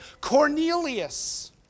Cornelius